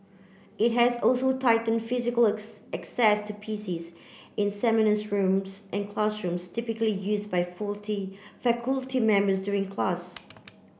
it has also tighten physical access to PCs in seminars rooms and classrooms typically use by faulty faculty members during class